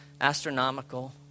astronomical